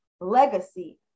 legacy